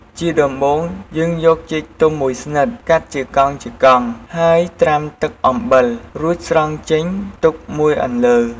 ជាដំបូងយើងយកចេកទុំមួយស្និត កាត់ជាកង់ៗ ហើយត្រាំទឹកអំបិល រួចស្រង់ចេញទុកមួយអន្លើ។